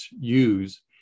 use